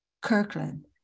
Kirkland